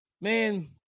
man